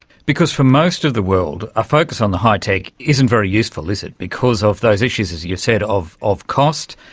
because for most of the world a focus on the high-tech isn't very useful, is it, because of those issues, as you said, of of cost,